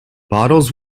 bottles